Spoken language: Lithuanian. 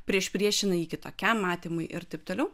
priešpriešina jį kitokiam matymui ir taip toliau